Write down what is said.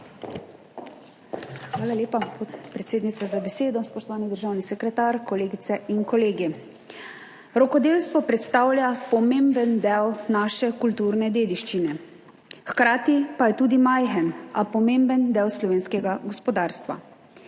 Hvala lepa, predsednica, za besedo. Spoštovani državni sekretar, kolegice in kolegi! Rokodelstvo predstavlja pomemben del naše kulturne dediščine, hkrati pa je tudi majhen, a pomemben del slovenskega gospodarstva.